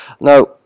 Now